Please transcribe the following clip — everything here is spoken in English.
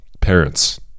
parents